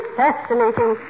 fascinating